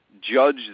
judge